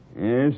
yes